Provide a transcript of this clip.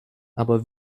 aber